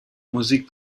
musik